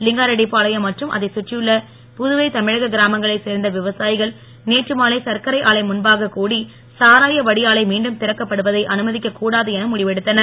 லிங்காரெட்டிப்பாளையம் மற்றும் அதைச் சுற்றியுள்ள புதுவை தமிழக கிராமங்களைச் சேர்ந்த விவசாயிகள் நேற்று மாலை சர்க்கரை ஆலை முன்பாகக் கூடி சாராய வடியாலை மீண்டும் திறக்கப்படுவதை அனுமதிக்கக் கூடாது என முடிவெடுத்தனர்